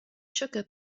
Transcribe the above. siwgr